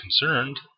concerned